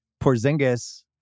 Porzingis